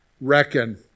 Reckon